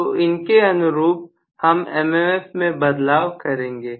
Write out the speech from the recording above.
तो इनकी अनुरूप हम MMF में बदलाव करेंगे